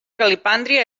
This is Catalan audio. calipàndria